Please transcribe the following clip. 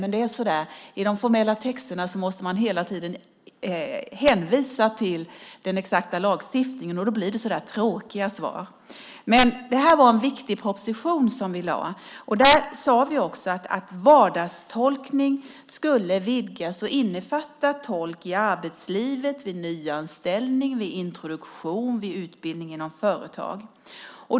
Men i de formella texterna måste man hela tiden hänvisa till den exakta lagstiftningen, och då blir det så där tråkiga svar. Men det var en viktig proposition som vi lade fram. Där sade vi också att vardagstolkningen skulle vidgas och innefatta tolk i arbetslivet, vid nyanställning, vid introduktion och vid utbildning inom företag.